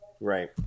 Right